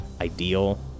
ideal